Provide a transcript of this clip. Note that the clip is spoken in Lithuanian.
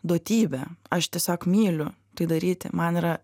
duotybę aš tiesiog myliu tai daryti man yra